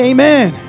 Amen